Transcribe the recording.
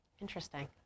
Interesting